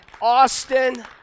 Austin